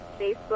Facebook